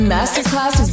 Masterclass